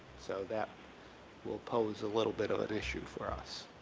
so that will pose a little bit of an issue for us.